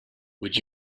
would